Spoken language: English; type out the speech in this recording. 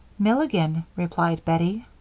milligan, replied bettie.